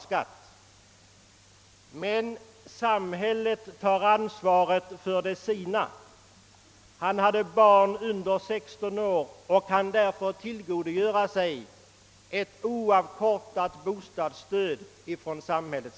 Samhället tar emellertid ansvaret för de sina, och och han kunde eftersom han hade barn under 16 år tillgodogöra sig ett oavkortat bostadsstöd från samhället.